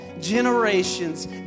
generations